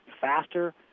Faster